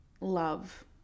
love